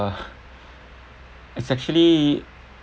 uh it's actually